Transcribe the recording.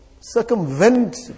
circumvent